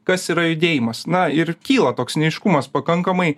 kas yra judėjimas na ir kyla toks neaiškumas pakankamai